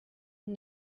and